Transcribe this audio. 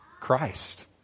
Christ